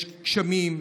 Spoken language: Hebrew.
יש גשמים,